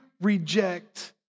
reject